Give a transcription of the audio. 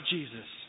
Jesus